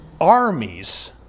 armies